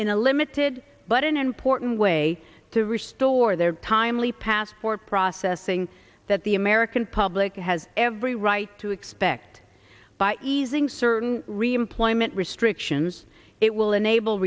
a limited but an important way to restore their timely path for processing that the american public has every right to expect by easing certain reemployment restrictions it will enable